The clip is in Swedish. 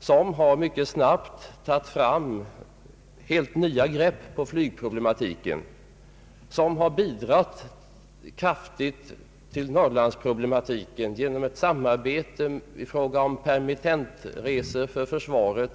Företaget har mycket snabbt tagit helt nya grepp på flygproblematiken och bidragit kraftigt till Norrlandsproblemens lösning genom samarbete med försvaret i fråga om permittentresor,